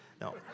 no